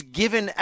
given